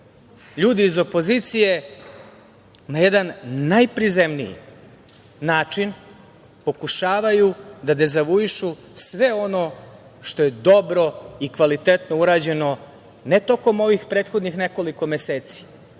ljudi iz opozicije, na jedan najprizemniji način, pokušavaju da dezavuišu sve ono što je dobro i kvalitetno urađeno, ne tokom ovih prethodnih nekoliko meseci,